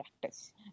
practice